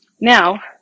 Now